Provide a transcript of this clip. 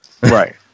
Right